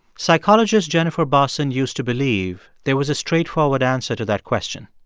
psychologist jennifer bosson used to believe there was a straightforward answer to that question.